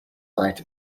night